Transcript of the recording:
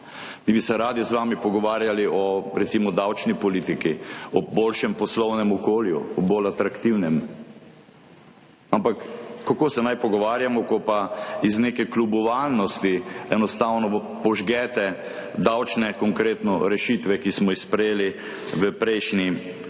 mi bi se radi z vami pogovarjali o recimo davčni politiki, o boljšem poslovnem okolju, o bolj atraktivnem, ampak kako naj se pogovarjamo, ko pa iz neke kljubovalnosti enostavno požgete davčne, konkretne rešitve, ki smo jih sprejeli v prejšnji